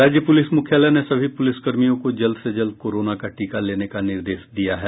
राज्य पुलिस मुख्यालय ने सभी पुलिसकर्मियों को जल्द से जल्द कोरोना का टीका लेने का निर्देश दिया है